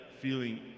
feeling